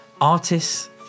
Artists